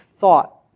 Thought